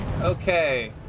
Okay